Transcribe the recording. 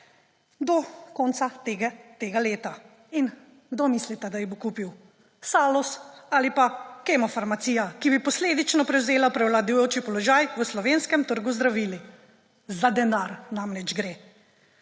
do konca tega leta. In kdo mislite, da ju bo kupil? Salus ali pa Kemofarmacija, ki bi posledično prevzela prevladujoči položaj v slovenskem trgu z zdravili. Za denar namreč gre!